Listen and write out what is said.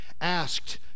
asked